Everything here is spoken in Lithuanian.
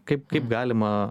kaip kaip galima